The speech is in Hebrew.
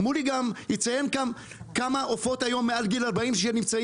מולי גם יציין כאן כמה עופות היו מעל גיל 40 שנמצאים